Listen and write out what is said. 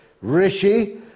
Rishi